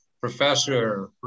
professor